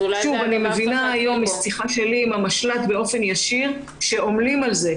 אני מבינה היום משיחה שלי עם המשל"ט באופן ישיר שעמלים על זה.